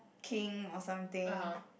king or something